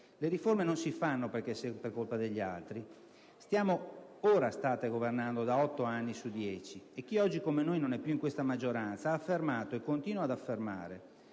Le riforme non si fanno perché è sempre colpa degli altri? Stiamo, anzi ora state governando, da 8 anni su 10, e chi oggi come noi non è più in questa maggioranza ha affermato e continua ad affermare